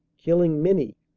killing many,